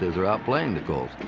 they're outplaying the colts.